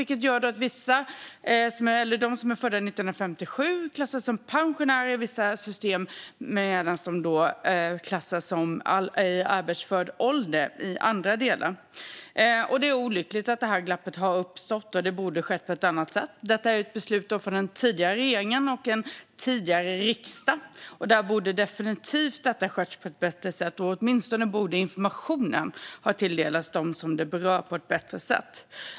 Det gör att de som är födda 1957 klassas som pensionärer i vissa system men som i arbetsför ålder i andra system. Det är olyckligt att detta glapp har uppstått. Det borde ha skett på annat sätt. Detta är ett beslut från den tidigare regeringen och en tidigare riksdag, och där borde detta definitivt ha skötts på ett bättre sätt. Åtminstone borde informationen till dem det berör ha gått ut på ett bättre sätt.